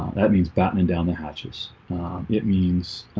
that means battening down the hatches it means